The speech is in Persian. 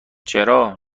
چرا